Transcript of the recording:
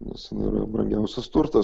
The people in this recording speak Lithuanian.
nes jinai yra brangiausias turtas